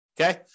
Okay